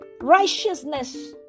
Righteousness